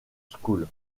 school